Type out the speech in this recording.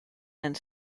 and